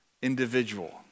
individual